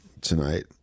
tonight